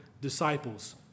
disciples